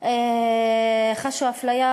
חשו אפליה